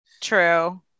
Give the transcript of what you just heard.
True